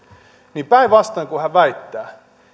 päinvastoin kuin hän väittää